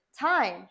Time